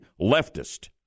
leftist